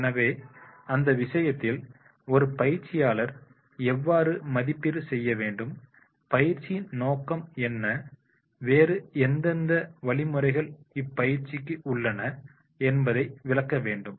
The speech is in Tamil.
எனவே அந்த விஷயத்தில் ஒரு பயிற்சியாளர் எவ்வாறு மதிப்பீடு செய்ய வேண்டும் பயிற்சியின் நோக்கம் என்ன வேறு எந்தெந்த வழிமுறைகள் இப்பயிற்சிக்கு உள்ளன என்பதை விளக்க வேண்டும்